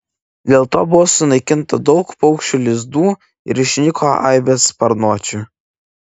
dėl to buvo sunaikinta daug paukščių lizdų ir išnyko aibės sparnuočių